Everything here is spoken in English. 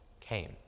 came